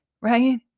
right